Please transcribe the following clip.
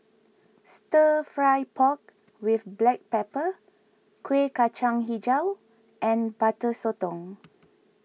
Stir Fry Pork with Black Pepper Kueh Kacang HiJau and Butter Sotong